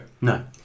No